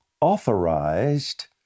authorized